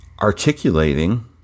articulating